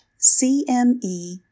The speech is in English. cme